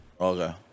Okay